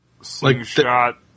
slingshot